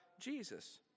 Jesus